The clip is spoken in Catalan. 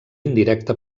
indirecte